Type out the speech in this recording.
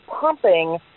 pumping